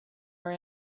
our